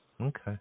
Okay